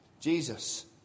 Jesus